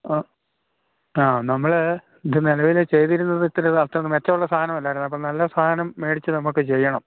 ആ ആ നമ്മള് ഇത് നിലവില് ചെയ്തിരുന്നത് അത്ര മെച്ചമുള്ള സാധനമല്ലായിരുന്നു അപ്പോള് നല്ല സാധനം മേടിച്ച് നമുക്ക് ചെയ്യണം